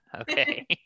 Okay